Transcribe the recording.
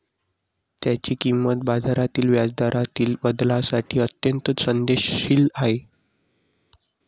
त्याची किंमत बाजारातील व्याजदरातील बदलांसाठी अत्यंत संवेदनशील आहे